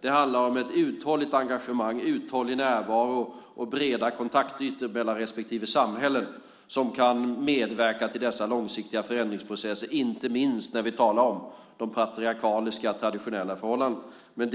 Det handlar om ett uthålligt engagemang, uthållig närvaro och breda kontaktytor mellan respektive samhällen som kan medverka till dessa långsiktiga förändringsprocesser, inte minst när vi talar om de patriarkala, traditionella förhållandena. Jag